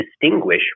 distinguish